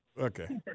Okay